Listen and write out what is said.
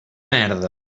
merda